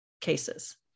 cases